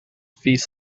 feast